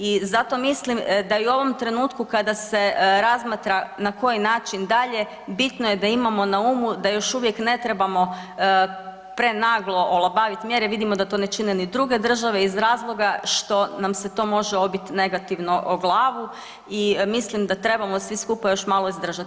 I zato mislim da i u ovom trenutku kada se razmatra na koji način dalje, bitno je da imamo na umu da još uvijek ne trebamo prenaglo olabaviti mjere, vidimo da to ne čine ni druge države iz razloga što nam se to može odbiti negativno o glavu i mislim da treba svi skupa još malo izdržati.